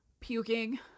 puking